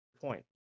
point